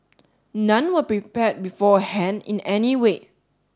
none were prepared beforehand in any way